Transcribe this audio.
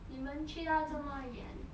你们去到这么远